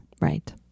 Right